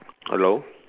hello